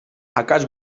akats